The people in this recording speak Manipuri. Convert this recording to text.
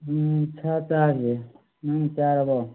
ꯎꯝ ꯁꯥ ꯆꯥꯔꯤꯌꯦ ꯅꯪꯗꯤ ꯆꯥꯔꯕꯣ